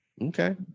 Okay